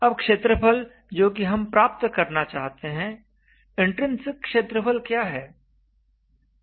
अब क्षेत्रफल जो कि हम प्राप्त करना चाहते हैं इन्ट्रिन्सिक क्षेत्रफल क्या है